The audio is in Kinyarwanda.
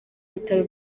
bitaro